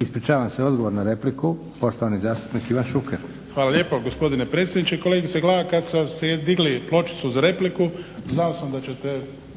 ispričavam se odgovor na repliku poštovani zastupnik Ivan Šuker. **Šuker, Ivan (HDZ)** Hvala lijepo gospodine predsjedniče. Kolegice Glavak kada ste digli pločicu za repliku znao sam da ćete